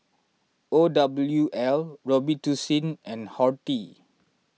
O W L Robitussin and Horti